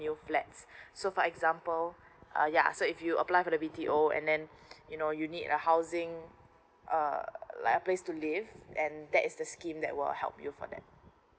new flats for example ah yeah so if you apply to the B_T_O and then you know you need a housing err like a place to live and that's the scheme that will help you for that